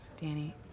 Danny